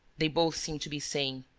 they both seemed to be saying.